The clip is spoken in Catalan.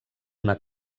una